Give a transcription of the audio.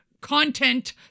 content